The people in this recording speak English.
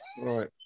Right